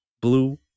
blue